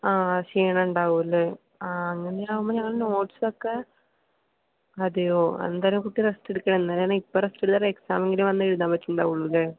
ആ ക്ഷീണം ഉണ്ടാവും അല്ലേ ആ അങ്ങനെയാവുമ്പോൾ ഞങ്ങൾ നോട്സ് ഒക്കെ അതെയോ എന്തായാലും കുട്ടി റെസ്ററ് എടുക്കുക തന്നെ കാരണം ഇപ്പോൾ റെസ്ററ് എടുത്താലേ എക്സാമിനു വന്നെഴുതാൻ പറ്റുന്നുണ്ടാവുള്ളു അല്ലേ